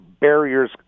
barriers